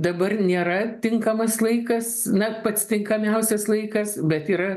dabar nėra tinkamas laikas na pats tinkamiausias laikas bet yra